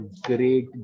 great